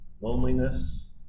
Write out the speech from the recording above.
loneliness